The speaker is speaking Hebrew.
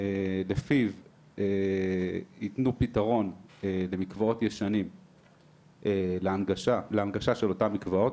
לפיו יתנו פתרון במקוואות ישנים להנגשה של אותם מקוואות.